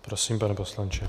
Prosím, pane poslanče.